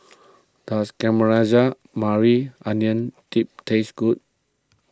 does Caramelized Maui Onion Dip taste good